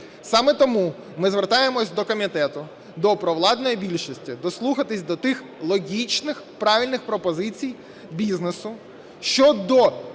Саме тому ми звертаємося до комітету, до провладної більшості дослухатись до тих логічних і правильних пропозицій бізнесу щодо